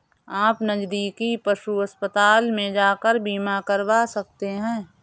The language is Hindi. आप नज़दीकी पशु अस्पताल में जाकर बीमा करवा सकते है